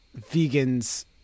vegans